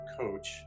coach